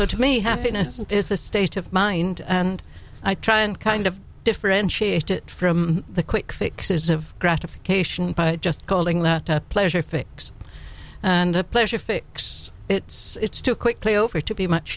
so to me happiness is a state of mind and i try and kind of differentiate it from the quick fixes of gratification by just calling that pleasure fix and a pleasure fix it it's too quickly over to be much